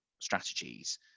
strategies